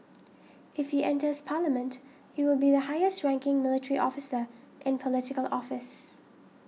if he enters parliament he will be the highest ranking military officer in Political Office